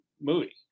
movie